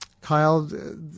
Kyle